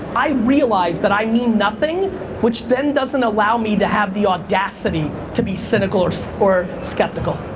i realized that i mean nothing which then doesn't allow me to have the audacity to be cynical or so or skeptical.